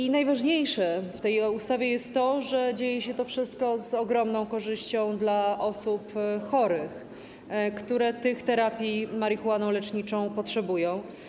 I najważniejsze w tej ustawie jest to, że dzieje się to wszystko z ogromną korzyścią dla osób chorych, które tych terapii marihuaną leczniczą potrzebują.